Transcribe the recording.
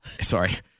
Sorry